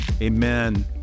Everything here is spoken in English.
Amen